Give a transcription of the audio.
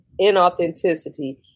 inauthenticity